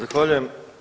Zahvaljujem.